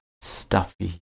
stuffy